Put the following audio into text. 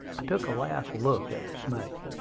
i took a last look at the snake.